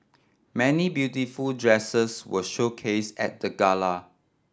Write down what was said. many beautiful dresses were showcase at the gala